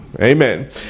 Amen